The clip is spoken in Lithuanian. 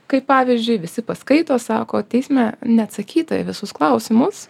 kai pavyzdžiui visi paskaito sako teisme neatsakyta į visus klausimus